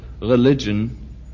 religion